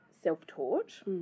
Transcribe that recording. self-taught